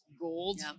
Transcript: gold